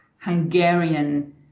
Hungarian